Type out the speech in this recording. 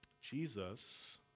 jesus